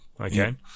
Okay